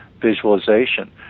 visualization